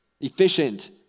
efficient